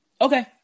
Okay